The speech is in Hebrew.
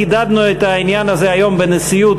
חידדנו את העניין הזה היום בנשיאות,